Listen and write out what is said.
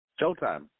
Showtime